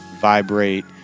Vibrate